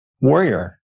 warrior